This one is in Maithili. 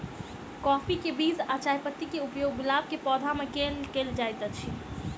काफी केँ बीज आ चायपत्ती केँ उपयोग गुलाब केँ पौधा मे केल केल जाइत अछि?